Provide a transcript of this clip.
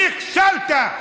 נכשלת.